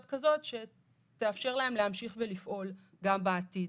כזאת שתאפשר להם להמשיך ולפעול גם בעתיד.